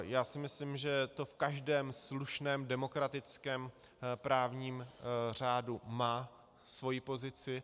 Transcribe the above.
Já si myslím, že to v každém slušném demokratickém právním řádu má svoji pozici.